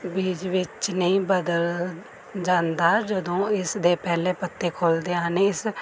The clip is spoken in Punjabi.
ਬੀਜ ਵਿੱਚ ਨਹੀਂ ਬਦਲ ਜਾਂਦਾ ਜਦੋਂ ਇਸ ਦੇ ਪਹਿਲੇ ਪੱਤੇ ਖੁੱਲ੍ਹਦੇ ਹਨ ਇਸ